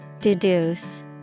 Deduce